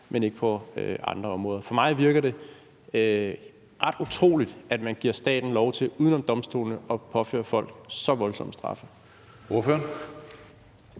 men ikke på andre områder? For mig virker det ret utroligt, at man giver staten lov til uden om domstolene at påføre folk så voldsomme straffe.